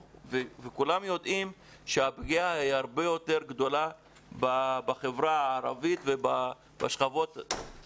וכולם יודעים שהפגיעה היא הרבה יותר גדולה בחברה הערבית ובפריפריה